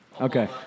Okay